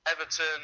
Everton